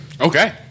okay